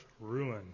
ruin